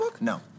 No